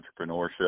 entrepreneurship